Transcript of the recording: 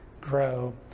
grow